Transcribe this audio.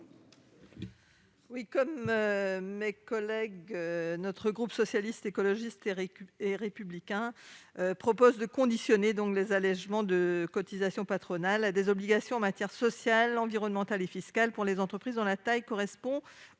Houerou. Cet amendement du groupe Socialiste, Écologiste et Républicain vise également à conditionner les allégements de cotisation patronale à des obligations en matière sociale, environnementale et fiscale pour les entreprises dont la taille correspond